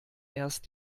erst